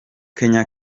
kenya